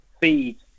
feed